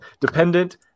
dependent